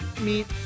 meet